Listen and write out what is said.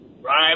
Right